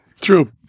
true